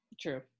True